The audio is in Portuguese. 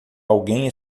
alguém